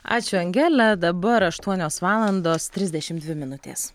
ačiū angele dabar aštuonios valandos trisdešimt dvi minutės